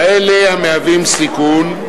כאלה המהווים סיכון,